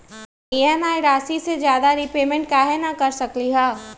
हम ई.एम.आई राशि से ज्यादा रीपेमेंट कहे न कर सकलि ह?